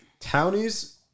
Townies